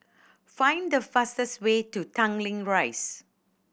find the fastest way to Tanglin Rise